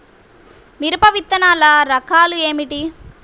మిరప విత్తనాల రకాలు ఏమిటి?